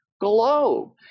globe